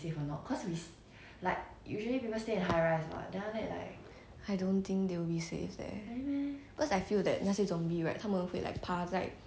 I don't think they will be safe leh because I feel that 那些 zombie right 他们会 like 趴在他们身上 right then you just climb up on each other to reach like your level